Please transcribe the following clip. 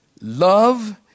love